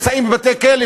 שנמצאים בבתי-כלא,